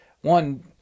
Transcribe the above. one